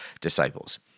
disciples